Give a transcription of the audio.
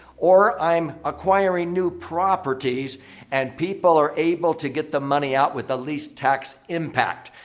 or i'm acquiring new properties and people are able to get the money out with the least tax impact.